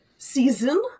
season